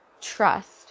trust